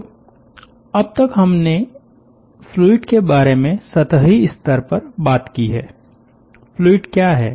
तो अब तक हमने फ्लूइड के बारे में सतही स्तर पर बात की हैफ्लूइड क्या है